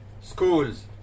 schools